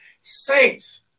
saints